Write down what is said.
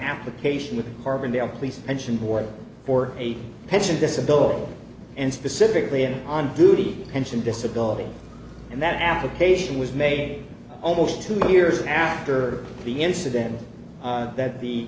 application with carbondale please mention board for a pension disability and specifically in on duty pension disability and that application was made almost two years after the incident that the